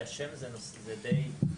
השם שלו, זה קוד.